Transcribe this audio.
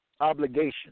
obligation